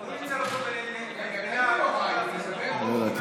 הוא ניצל אותו, חבר הכנסת הרצנו,